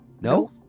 No